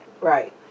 Right